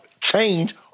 change